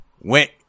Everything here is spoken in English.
went